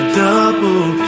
double